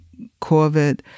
COVID